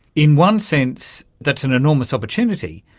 in one sense that's an enormous opportunity,